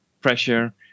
pressure